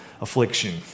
Affliction